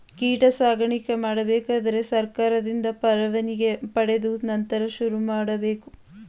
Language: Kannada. ಕೀಟ ಸಾಕಾಣಿಕೆ ಮಾಡಬೇಕಾದರೆ ಸರ್ಕಾರದಿಂದ ಪರವಾನಿಗೆ ಪಡೆದು ನಂತರ ಶುರುಮಾಡಬೇಕು